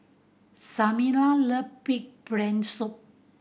Samira love pig brain soup